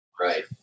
Right